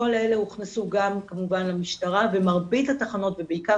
כל אלה הוכנסו גם כמובן למשטרה במרבית התחנות ובעיקר